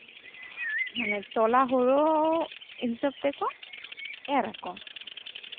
ᱛᱚᱞᱟ ᱦᱩᱲᱩ ᱦᱤᱥᱟᱹᱵ ᱛᱮᱠᱚ ᱮᱨ ᱟᱠᱚ